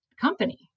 company